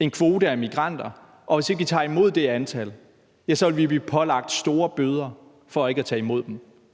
en kvote af migranter, og at vi, hvis vi ikke tager imod det antal, vil blive pålagt store bøder for ikke at tage imod dem.